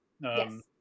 Yes